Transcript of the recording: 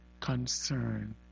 concern